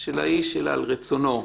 של האיש אלא על רצונו.